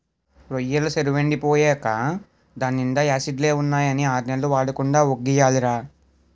రొయ్యెల సెరువెండి పోయేకా దాన్నీండా యాసిడ్లే ఉన్నాయని ఆర్నెల్లు వాడకుండా వొగ్గియాలిరా